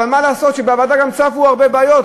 אבל מה לעשות שבוועדה גם צפו הרבה בעיות,